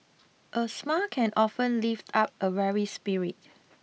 a smile can often lift up a weary spirit